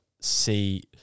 see